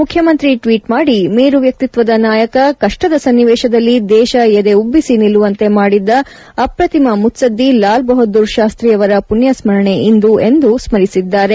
ಮುಖ್ಯಮಂತ್ರಿ ಟ್ನೀಟ್ ಮಾಡಿ ಮೇರು ವ್ಯಕ್ಷಿತ್ತದ ನಾಯಕ ಕಪ್ಪದ ಸನ್ನಿವೇಶದಲ್ಲಿ ದೇಶ ಎದೆ ಉಭ್ಯಸಿ ನಿಲ್ಲುವಂತೆ ಮಾಡಿದ ಅಪ್ರತಿಮ ಮುತ್ಲದ್ದಿ ಲಾಲ್ ಬಹದ್ದೂರ್ ಶಾಸ್ತಿಯವರ ಪುಣ್ಣಸ್ಥರಣೆ ಇಂದು ಎಂದು ಸ್ಪರಿಸಿದ್ದಾರೆ